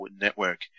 Network